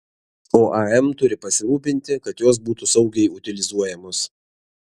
o am turi pasirūpinti kad jos būtų saugiai utilizuojamos